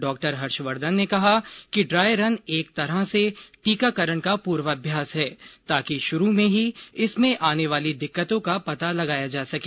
डॉ हर्षवर्धन ने कहा कि ड्राई रन एक तरह से टीकाकरण का पूर्वाभ्यास है ताकि शुरू में ही इसमें आने वाली दिक्कतों का पता लगाया जा सके